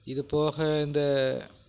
இதுபோக இந்த